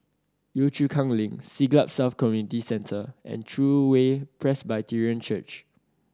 Yio Chu Kang Link Siglap South Community Centre and True Way Presbyterian Church